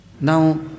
Now